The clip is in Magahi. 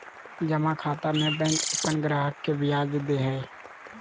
जमा खाता में बैंक अपन ग्राहक के ब्याज दे हइ